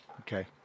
Okay